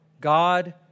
God